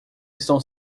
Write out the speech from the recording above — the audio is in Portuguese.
estão